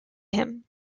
him